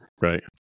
Right